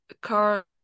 car